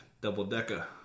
double-decker